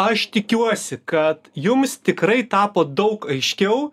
aš tikiuosi kad jums tikrai tapo daug aiškiau